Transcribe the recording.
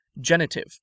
Genitive